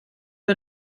der